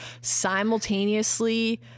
simultaneously